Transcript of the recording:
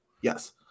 Yes